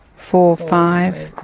four, five,